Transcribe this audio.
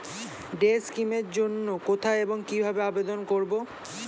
Day scheme এর জন্য কোথায় এবং কিভাবে আবেদন করব?